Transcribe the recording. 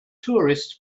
tourists